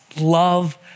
Love